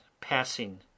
passing